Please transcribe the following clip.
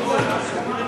הסכמה,